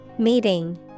meeting